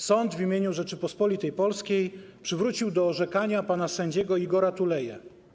Sąd w imieniu Rzeczypospolitej Polskiej przywrócił do orzekania pana sędziego Igora Tuleję.